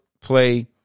play